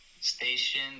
Station